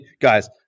Guys